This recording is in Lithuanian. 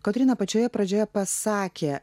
kotryna pačioje pradžioje pasakė